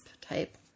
type